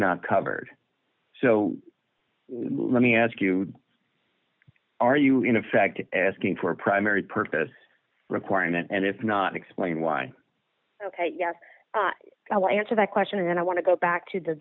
not covered so let me ask you are you in effect there asking for a primary purpose requirement and if not explain why ok yes i'll answer that question and then i want to go back to the